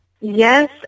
Yes